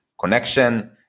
connection